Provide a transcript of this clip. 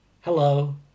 Hello